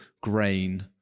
grain